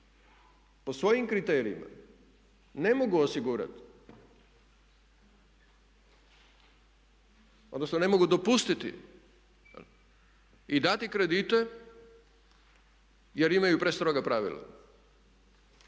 po svojim kriterijima ne mogu osigurati, odnosno ne mogu dopustiti i dati kredite jer imaju prestroga pravila